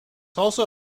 also